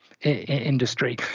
industry